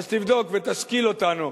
אז תבדוק ותשכיל אותנו.